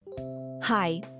Hi